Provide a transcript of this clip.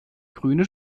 grüne